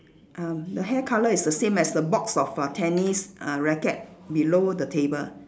ah the hair colour is the same as the box of err tennis uh racket below the table